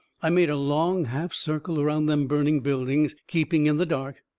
i made a long half-circle around them burning buildings, keeping in the dark,